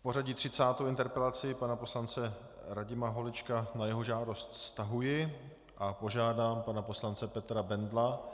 V pořadí třicátou interpelaci pana poslance Radima Holečka na jeho žádost stahuji a požádám pana poslance Petra Bendla